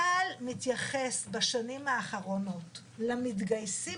צה"ל מתייחס בשנים האחרונות למתגייסים